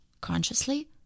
consciously